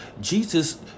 Jesus